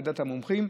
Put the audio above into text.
לדעת המומחים.